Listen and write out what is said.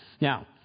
Now